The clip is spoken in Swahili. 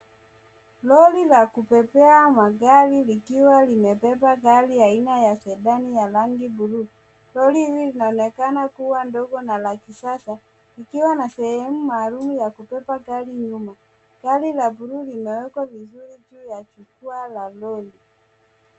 Lori la kubebea magari likiwa limebeba gari aina ya Sedan ya rangi ya bluu. Lori hili linaonekana kuwa ndogo na la kisasa, likiwa na sehemu maalum ya kubeba gari nyuma. Gari la bluu limewekwa vizuri juu ya jukwaa la lori.